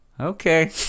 okay